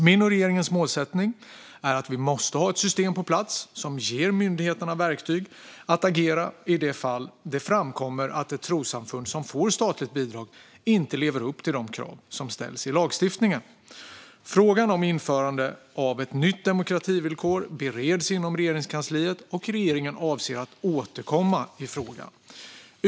Min och regeringens målsättning är att vi ska ha ett system på plats som ger myndigheterna verktyg för att agera då det framkommer att ett trossamfund som får statligt bidrag inte lever upp till de krav som ställs i lagstiftningen. Frågan om införande av ett nytt demokrativillkor bereds inom Regeringskansliet, och regeringen avser att återkomma i frågan.